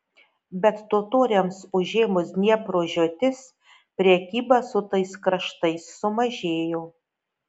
bet totoriams užėmus dniepro žiotis prekyba su tais kraštais sumažėjo